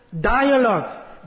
dialogue